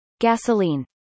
Gasoline